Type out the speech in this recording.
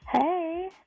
Hey